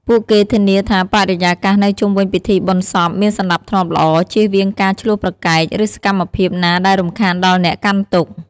ពួកគេធានាថាបរិយាកាសនៅជុំវិញពិធីបុណ្យសពមានសណ្តាប់ធ្នាប់ល្អ ជៀសវាងការឈ្លោះប្រកែក ឬសកម្មភាពណាដែលរំខានដល់អ្នកកាន់ទុក្ខ។